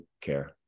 care